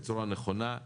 בצורה נכונה,